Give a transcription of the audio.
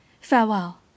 farewell